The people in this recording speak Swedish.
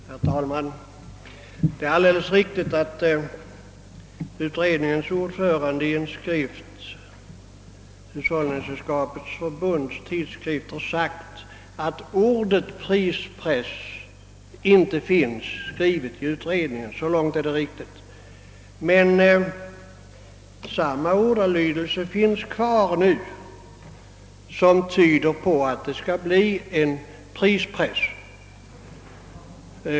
Herr talman! Det är alldeles riktigt att utredningens ordförande i en publikation, Hushållningssällskapens tidskrift, förklarat att ordet »prispress» inte finns skrivet i utredningens betänkande. Så långt stämmer det alltså. Men den ordalydelse står kvar som tyder på att det kan bli en prispress.